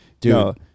dude